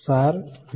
સાર વિ